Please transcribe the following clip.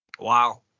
Wow